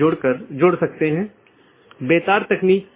इसलिए इसमें केवल स्थानीय ट्रैफ़िक होता है कोई ट्रांज़िट ट्रैफ़िक नहीं है